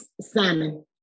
Simon